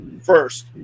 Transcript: first